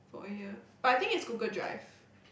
for a year but I think it's Google Drive